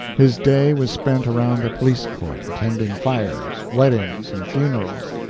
his day was spent around the police court, attending fires, weddings, and funerals,